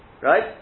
Right